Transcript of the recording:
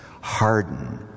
harden